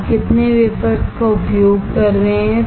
आप कितने वेफर्स का उपयोग कर रहे हैं